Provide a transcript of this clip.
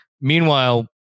Meanwhile